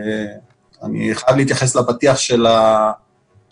אני חייב להתייחס לפתיח של הוועדה,